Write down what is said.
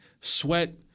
Sweat